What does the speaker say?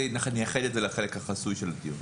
נייחד את זה לחלק החסוי של הדיון.